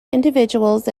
individuals